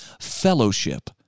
fellowship